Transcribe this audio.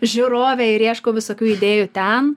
žiūrovė ir ieškau visokių idėjų ten